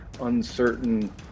uncertain